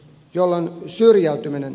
summa summarum